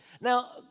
Now